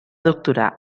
doctorar